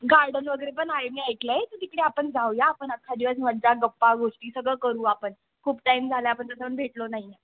garden वगैरे पण आहे मी ऐकलं आहे तर तिकडे आपण जाऊया आपण एखादी मजा गप्पा गोष्टी सगळं करू आपण खूप टाईम झाला आहे आपण तसं पण भेटलो नाही आहे